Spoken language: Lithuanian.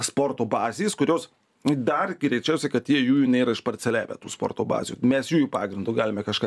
sporto bazės kurios dar greičiausia kad jie jųjų nėra išparceliavę tų sporto bazių mes jųjų pagrindu galime kažką